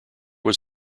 was